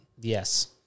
Yes